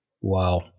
wow